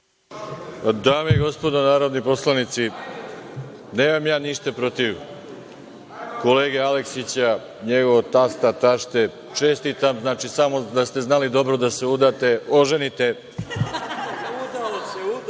Dame i gospodo, narodni poslanici, nemam ništa protiv kolege Aleksića, njegovog tasta, tašte. Čestitam, to znači samo da ste znali dobro da se udate, oženite. Sada, vidim